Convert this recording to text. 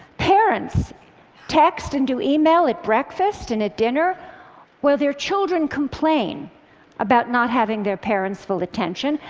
parents text and do email at breakfast and at dinner while their children complain about not having their parents' full attention.